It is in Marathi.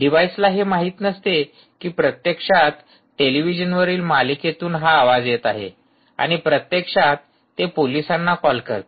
डिव्हाईसला हे माहीत नसते की प्रत्यक्षात टेलिव्हिजनवरील मालिकेतून हा आवाज येत आहे आणि प्रत्यक्षात ते पोलिसांना कॉल करते